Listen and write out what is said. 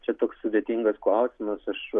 čia toks sudėtingas klausimas aš